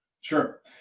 sure